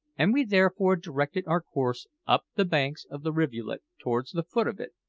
and we therefore directed our course up the banks of the rivulet towards the foot of it,